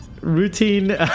routine